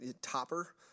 topper